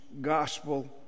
gospel